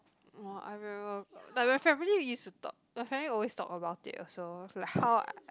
!wah! I remember like my family use to talk my family always talk about it also like how I